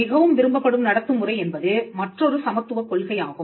மிகவும் விரும்பப்படும் நடத்தும் முறை என்பது மற்றொரு சமத்துவக் கொள்கை ஆகும்